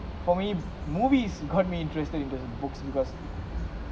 for me movies got me interested in the books because